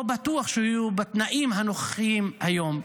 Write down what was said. לא בטוח שהוא יהיה בתנאים הנוכחיים היום.